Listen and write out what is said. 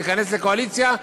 להיכנס לקואליציה,